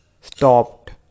stopped